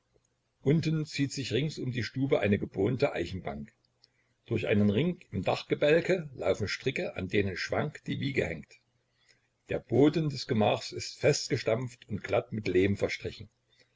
unten zieht sich rings um die stube eine gebohnte eichenbank durch einen ring im dachgebälke laufen stricke an denen schwank die wiege hängt der boden des gemachs ist festgestampft und glatt mit lehm verstrichen